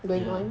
ya